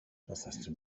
частности